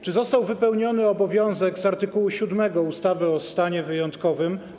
Czy został wypełniony obowiązek z art. 7 ustawy o stanie wyjątkowym?